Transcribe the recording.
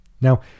Now